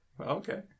Okay